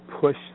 push